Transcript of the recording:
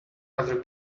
other